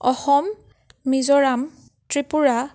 Assam Mizoram Tripura